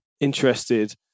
interested